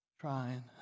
trying